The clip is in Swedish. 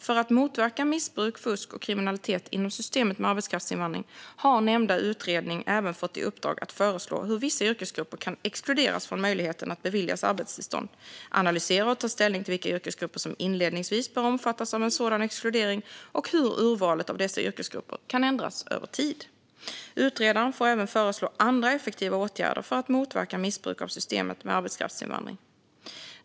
För att motverka missbruk, fusk och kriminalitet inom systemet med arbetskraftsinvandring har nämnda utredning även fått i uppdrag att föreslå hur vissa yrkesgrupper kan exkluderas från möjligheten att beviljas arbetstillstånd samt analysera och ta ställning till vilka yrkesgrupper som inledningsvis bör omfattas av en sådan exkludering och hur urvalet av dessa yrkesgrupper kan ändras över tid. Utredaren får även föreslå andra effektiva åtgärder för att motverka missbruk av systemet med arbetskraftsinvandring.